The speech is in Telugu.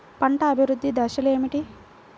పంట అభివృద్ధి దశలు ఏమిటి?